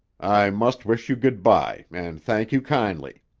i must wish you good-by, an' thank you kindly.